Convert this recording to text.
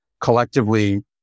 collectively